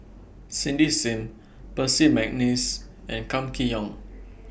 Cindy SIM Percy Mcneice and Kam Kee Yong